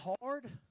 hard